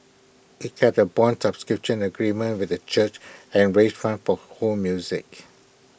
IT had A Bond subscription agreement with the church and raise funds for ho music